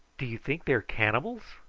do you think they are cannibals?